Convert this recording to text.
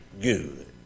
good